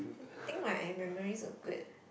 think my memory was good